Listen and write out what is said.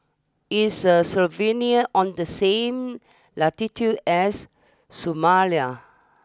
is the Slovenia on the same latitude as Somalia